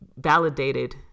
validated